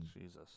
Jesus